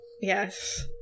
yes